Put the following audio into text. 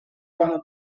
cuando